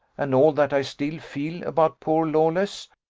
and all that i still feel about poor lawless,